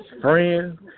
friends